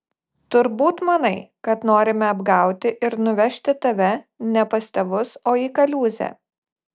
turbūt manai kad norime apgauti ir nuvežti tave ne pas tėvus o į kaliūzę